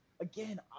again